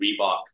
Reebok